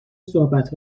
صحبت